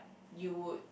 you would